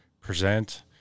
present